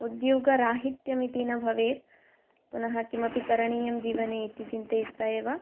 उद्योगराहित्यम् इति न भवेत् पुनः किमपि करणीयं जीवने इति चिन्तयित्वा एव